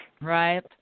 Right